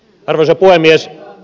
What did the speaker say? arvoisa puhemies